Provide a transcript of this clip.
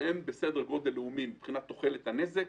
שהם בסדר גודל לאומי מבחינת תוחלת הנזק,